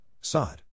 Sod